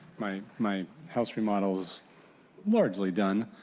my my house remodel is largely done.